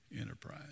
enterprise